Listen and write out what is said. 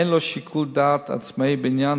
אין לו שיקול דעת עצמאי בעניין,